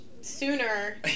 sooner